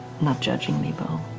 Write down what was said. not judging me, beau.